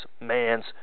man's